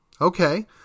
Okay